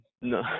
No